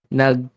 nag